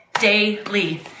daily